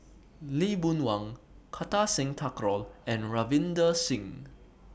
Lee Boon Wang Kartar Singh Thakral and Ravinder Singh